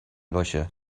باشه